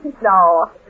No